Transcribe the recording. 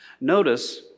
Notice